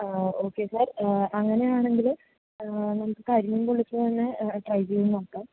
ആ okay sir അങ്ങനെയാണെങ്കിൽ നമുക്ക് കരിമീൻ പൊള്ളിച്ചത് തന്നെ ട്രൈ ചെയ്തു നോക്കാം